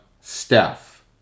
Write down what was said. Steph